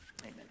Amen